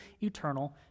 eternal